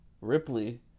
ripley